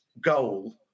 goal